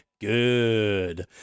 good